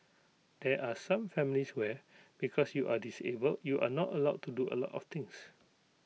there are some families where because you are disabled you are not allowed to do A lot of things